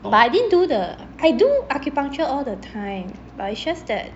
but I didn't do the I do acupuncture all the time but it's just that